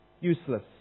Useless